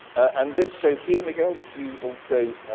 and this show here, miguel, which you also